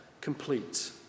complete